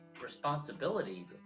responsibility